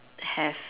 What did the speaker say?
have